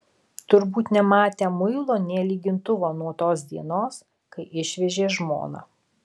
turbūt nematę muilo nė lygintuvo nuo tos dienos kai išvežė žmoną